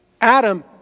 Adam